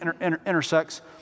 intersects